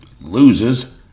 loses